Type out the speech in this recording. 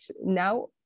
now